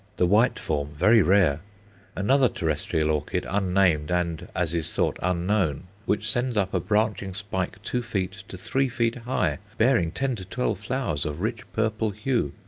the white form, very rare another terrestrial orchid, unnamed and, as is thought, unknown, which sends up a branching spike two feet to three feet high, bearing ten to twelve flowers, of rich purple hue,